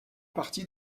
partie